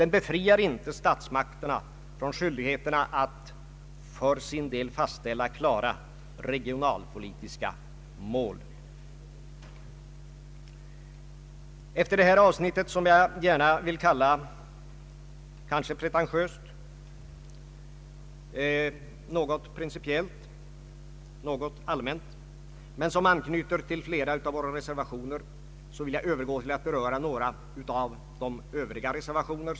Hon tar 1 dagens debatt verkligen upp frågan om en praktisk lösning. Ty detta är en praktisk fråga, det är vi alla medvetna om. Där kan man inte generalisera.